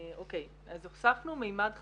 אז הוספנו מימד חדש,